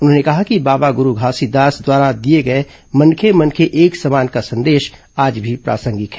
उन्होंने कहा कि बाबा गुरू घासीदास द्वारा दिए गए मनखे मनखे एक समान का संदेश आज भी प्रासंगिक है